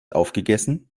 aufgegessen